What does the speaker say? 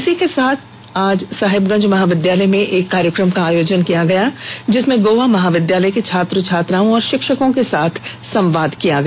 इसी के तहत आज साहेबगंज महाविद्यालय में एक कार्यक्रम का आयोजन किया गया जिसमें गोवा महाविद्यालय के छात्र छात्राओं और षिक्षकों के साथ संवाद किया गया